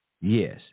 Yes